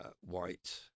white